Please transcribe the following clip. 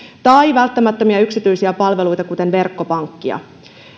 tai välttämättömiä yksityisiä palveluita kuten verkkopankkia